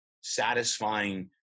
satisfying